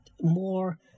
more